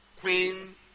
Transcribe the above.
Queen